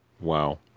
Wow